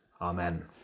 Amen